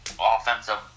offensive